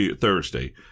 Thursday